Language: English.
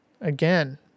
Again